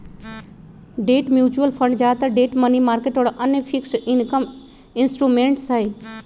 debt mutual fund ज्यादातर debt, money market और अन्य फिक्स्ड इनकम इंस्ट्रूमेंट्स हई